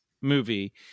movie